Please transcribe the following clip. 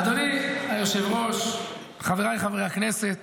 אדוני היושב-ראש, חבריי חברי הכנסת,